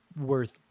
worth